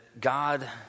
God